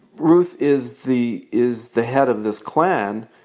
ruth is the is the head of this clan,